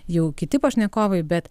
jau kiti pašnekovai bet